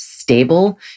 stable